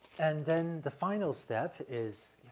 and then the final step is,